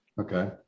Okay